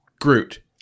Groot